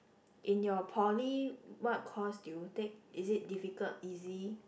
in your poly what course did you take is it difficult easy